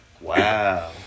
Wow